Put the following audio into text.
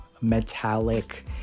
metallic